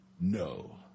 No